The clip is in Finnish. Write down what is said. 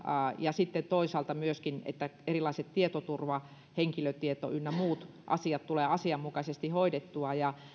ja sitten toisaalta myöskin siitä että erilaiset tietoturva henkilötieto ynnä muut asiat tulee asianmukaisesti hoidettua